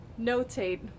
notate